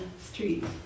streets